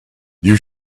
you